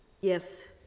yes